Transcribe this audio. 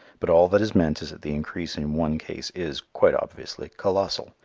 but all that is meant is that the increase in one case is, quite obviously, colossal,